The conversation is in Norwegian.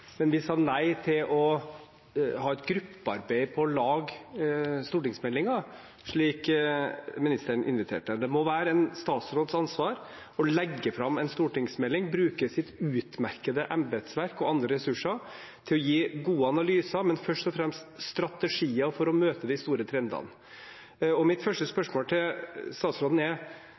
men vi sa nei til å ha et gruppearbeid for å lage stortingsmeldingen, slik ministeren inviterte til. Det må være en statsråds ansvar å legge fram en stortingsmelding, bruke sitt utmerkede embetsverk og andre ressurser til å gi gode analyser, men først og fremst strategier for å møte de store trendene. Mitt første spørsmål til statsråden er: